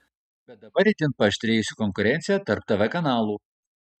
bet dabar itin paaštrėjusi konkurencija tarp tv kanalų